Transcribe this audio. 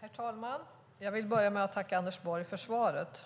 Herr talman! Jag vill börja med att tacka Anders Borg för svaret!